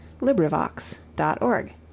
LIBRIVOX.ORG